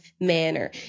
manner